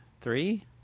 Three